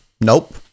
nope